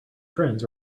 friends